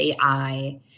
AI